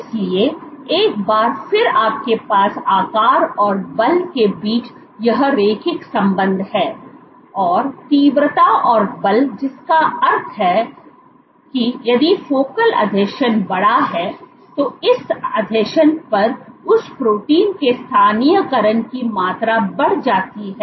इसलिए एक बार फिर आपके पास आकार और बल के बीच यह रैखिक संबंध है और तीव्रता और बल जिसका अर्थ है कि यदि फोकल आसंजन बड़ा है तो इस आसंजन पर उस प्रोटीन के स्थानीयकरण की मात्रा बढ़ जाती है